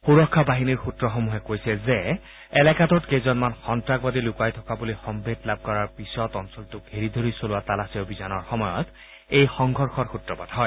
সূৰক্ষা বাহিনীৰ সূত্ৰসমূহে কৈছে যে এলেকাটোত কেইজনমান সন্তাসবাদী লুকাই থকা বুলি সম্ভেদ লাভ কৰাৰ পিছত অঞ্চলটো ঘেৰি ধৰি চলোৱা তালাচী অভিযানৰ সময়ত এই সংঘৰ্ষৰ সূত্ৰপাত হয়